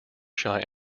shy